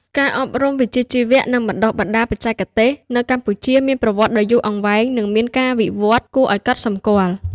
ការអប់រំវិជ្ជាជីវៈ និងបណ្ដុះបណ្ដាលបច្ចេកទេស នៅកម្ពុជាមានប្រវត្តិដ៏យូរអង្វែង និងមានការវិវត្តន៍គួរឱ្យកត់សម្គាល់។